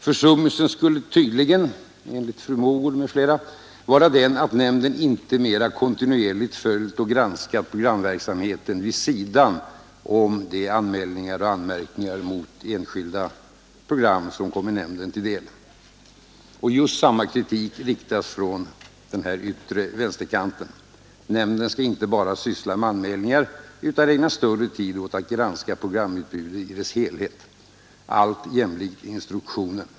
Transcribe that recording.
Försummelsen skulle tydligen, enligt fru Mogård m.fl., vara den, att nämnden inte mera kontinuerligt följt och granskat programverksamheten vid sidan om de anmälningar och anmärkningar mot enskilda program som kommer nämnden till del. Just samma kritik riktas från den yttersta vänsterkanten: Nämnden skall inte bara syssla med anmälningar utan ägna större tid åt att granska programutbudet i dess helhet, allt enligt instruktionen.